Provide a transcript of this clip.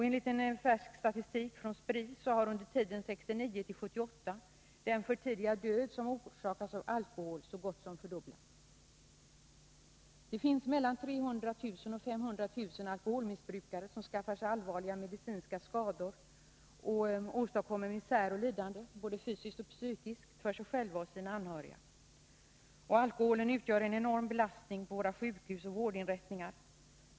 Enligt färsk statistik från Spri har den förtidiga död som orsakas av alkohol så gott som fördubblats under tiden 1969-1978. Det finns mellan 300 000 och 500 000 alkoholmissbrukare, som skaffar sig allvarliga medicinska skador och som åstadkommer misär och lidande, både fysiskt och psykiskt, för sig själva och sina anhöriga. Alkoholen utgör en enorm belastning på våra sjukhus och vårdinrättningar.